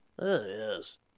yes